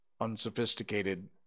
unsophisticated